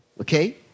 Okay